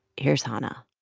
here's hanna